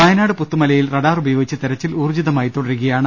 വയനാട് പുത്തുമലയിൽ റഡാർ ഉപയോഗിച്ച് തിരച്ചിൽ ഊർജിതമായി തുടരുകയാണ്